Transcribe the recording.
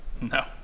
No